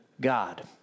God